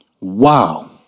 Wow